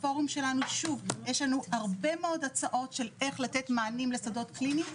בפורום שלנו יש הרבה מאוד הצעות של איך לתת מענים לשדות קליניים,